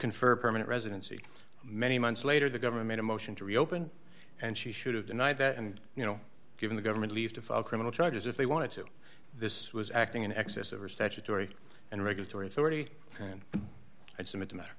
confer permanent residency many months later the government made a motion to reopen and she should have denied that and you know giving the government leave to file criminal charges if they wanted to this was acting in excess of a statutory and regulatory authority and and some of the matter